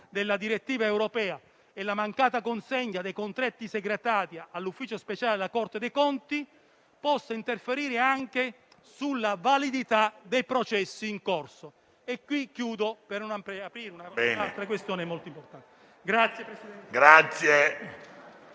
della direttiva europea e la mancata consegna dei contratti secretati all'ufficio speciale della Corte dei conti possano interferire anche sulla validità dei processi in corso. E qui concludo, per non aprire altre questioni molto importanti.